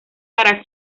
para